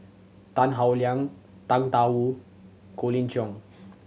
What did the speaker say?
Tan Howe Liang Tang Da Wu Colin Cheong